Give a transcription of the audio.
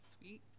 sweet